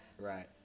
Right